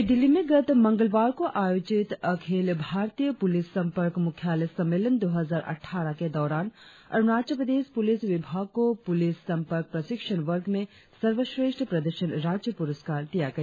नई दिल्ली में गत मंगलवार को आयोजित अखिल भारतीय पुलिस संपर्क मुख्यालय सम्मेलन दो हजार अटठारह के दौरान अरुणाचल प्रदेश पुलिस विभाग को पुलिस संपर्क प्रशिक्षण वर्ग में सर्वश्रेष्ठ प्रदर्शन राज्य पुरस्कार दिया गया